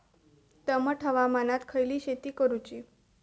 दमट हवामानात खयली शेती करूची?